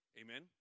Amen